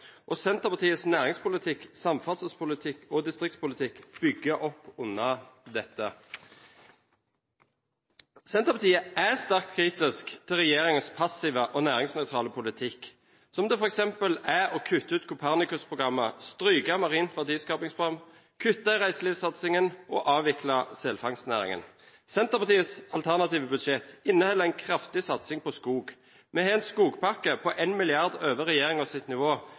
Norge. Senterpartiets næringspolitikk, samferdselspolitikk og distriktspolitikk bygger opp under dette. Senterpartiet er sterkt kritisk til regjeringens passive og næringsnøytrale politikk, som det f.eks. er å kutte ut Copernicus-programmet, stryke marint verdiskapingsprogram, kutte i reiselivssatsingen og avvikle selfangstnæringen. Senterpartiets alternative budsjett inneholder en kraftig satsing på skog. Vi har en skogpakke, på 1 mrd. kr over regjeringens nivå,